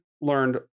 learned